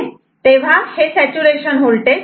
तेव्हा हे saturation voltage 0